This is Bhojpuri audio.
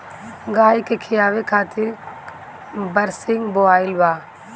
गाई के खियावे खातिर बरसिंग बोआइल बा